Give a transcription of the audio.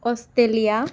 Australia